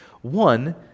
One